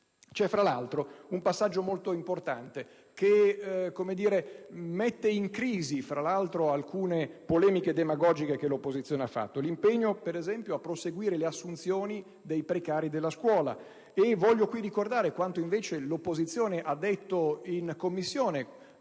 è, tra l'altro, un passaggio molto importante che mette in crisi alcune polemiche demagogiche scatenate dall'opposizione, e cioè l'impegno a proseguire le assunzioni dei precari della scuola. Voglio qui ricordare quanto invece l'opposizione ha sostenuto in Commissione,